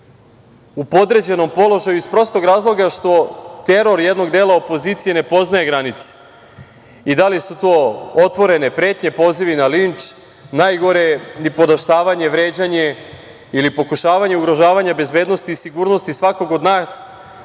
u podređenom položaju iz prostog razloga što teror jednog dela opozicije ne poznaje granice i da li su to otvorene pretnje, pozivi na linč, najgore nipodaštavanje, vređanje ili pokušavanje ugrožavanja bezbednosti i sigurnosti svakog od nas,